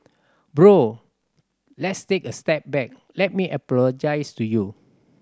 bro let's take a step back let me apologize to you